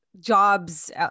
jobs